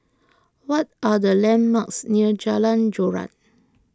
what are the landmarks near Jalan Joran